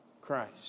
Christ